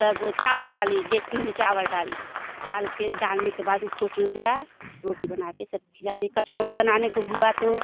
तब चावल डाली डेच्की में चावल डाली डाल के डालने के बाद उसको चूर गया रोटी बना के सब खिला दी कचौड़ी बनाने के हुआ तो